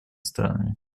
странами